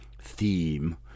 theme